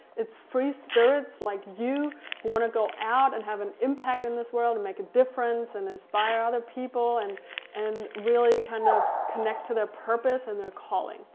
it's free spirits like you, who wanna go out and have an impact in this world and make a difference and inspire other people and and really kind of connect to their purpose and their calling.